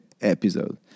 episode